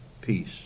peace